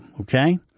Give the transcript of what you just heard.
okay